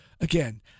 Again